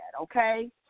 okay